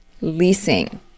leasing